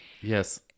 yes